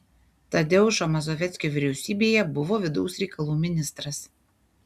tadeušo mazoveckio vyriausybėje buvo vidaus reikalų ministras